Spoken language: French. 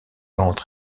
entre